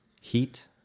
Heat